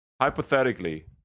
hypothetically